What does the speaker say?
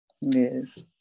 Yes